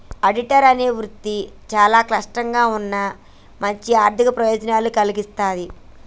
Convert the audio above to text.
auditor అనే వృత్తి చాలా క్లిష్టంగా ఉన్నా మంచి ఆర్ధిక ప్రయోజనాలను కల్గిస్తాది